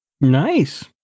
Nice